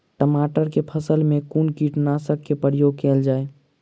टमाटर केँ फसल मे कुन कीटनासक केँ प्रयोग कैल जाय?